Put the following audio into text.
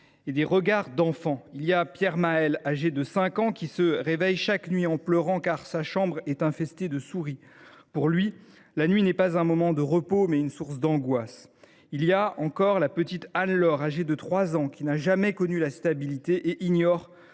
et des regards d’enfants. Il y a Pierre Maël, âgé de 5 ans, qui se réveille chaque nuit en pleurant, car sa chambre est infestée de souris. Pour lui, la nuit est non pas un moment de repos, mais une source d’angoisse. Il y a encore la petite Anne Laure, âgée de 3 ans, qui n’a jamais connu la stabilité, et ignore